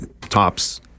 tops